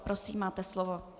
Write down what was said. Prosím, máte slovo.